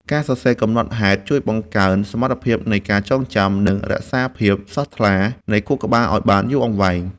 ការសរសេរកំណត់ហេតុជួយបង្កើនសមត្ថភាពនៃការចងចាំ និងរក្សាភាពស្រស់ថ្លានៃខួរក្បាលឱ្យបានយូរអង្វែង។